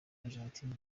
argentine